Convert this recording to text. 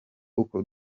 uko